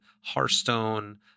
Hearthstone